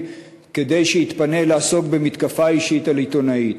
מכדי שיתפנה לעסוק במתקפה אישית על עיתונאית.